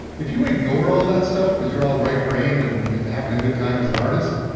if you ignore all that stuff because you're all right-brained and and having a good time as an artist,